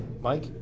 Mike